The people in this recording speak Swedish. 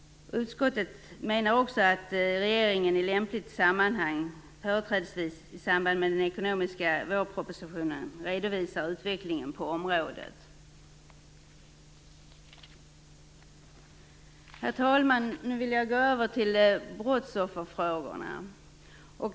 Utskottet menar också att regeringen i lämpligt sammanhang, företrädesvis i samband med den ekonomiska vårpropositionen, redovisar utvecklingen på området. Herr talman! Jag vill nu övergå till brottsofferfrågorna.